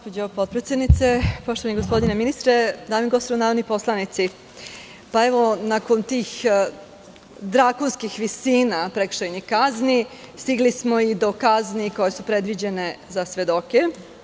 Poštovani gospodine ministre, dame i gospodo narodni poslanici, evo, nakon tih drakonskih visina prekršajnih kazni, stigli smo i do kazni koje su predviđene za svedoke.